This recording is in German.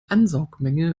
ansaugmenge